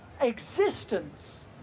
existence